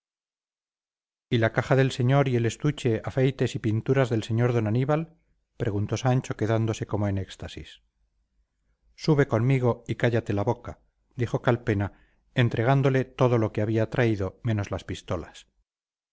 y la caja del señor y el estuche afeites y pinturas del señor d aníbal preguntó sancho quedándose como en éxtasis sube conmigo y cállate la boca dijo calpena entregándole todo lo que había traído menos las pistolas